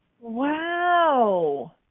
Wow